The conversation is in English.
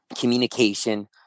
Communication